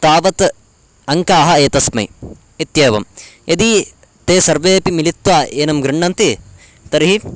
तावत् अङ्काः एतस्मै इत्येवं यदि ते सर्वेपि मिलित्वा एनं गृह्णन्ति तर्हि